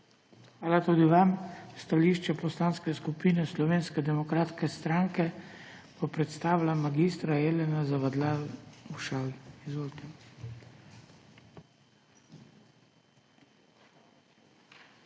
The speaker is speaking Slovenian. Hvala tudi vam. Stališče Poslanske skupine Slovenske demokratske stranke bo predstavila mag. Elena Zavadlav Ušaj. Izvolite. MAG.